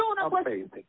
Amazing